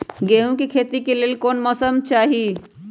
गेंहू के खेती के लेल कोन मौसम चाही अई?